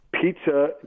Pizza